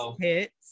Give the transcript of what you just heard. hits